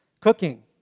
cooking